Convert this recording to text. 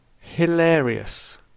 Hilarious